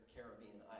Caribbean